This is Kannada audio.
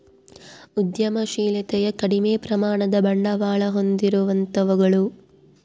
ಉದ್ಯಮಶಿಲತೆಯು ಕಡಿಮೆ ಪ್ರಮಾಣದ ಬಂಡವಾಳ ಹೊಂದಿರುವಂತವುಗಳು